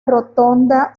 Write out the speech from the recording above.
rotonda